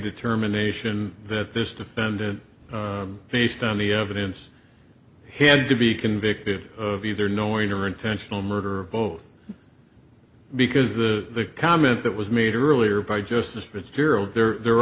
determination that this defendant based on the evidence had to be convicted of either knowing or intentional murder both because the comment that was made earlier by justice fitzgerald there there